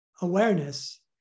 awareness